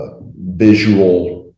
visual